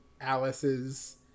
Alice's